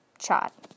shot